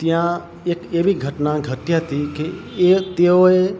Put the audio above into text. ત્યાં એક એવી ઘટના ઘટી હતી એ તેઓએ